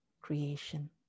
creation